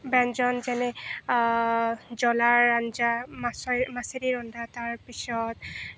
ব্যঞ্জন যেনে জ্বলাৰ আঞ্জা মাছৰ মাছেদি ৰন্ধা তাৰ পিছত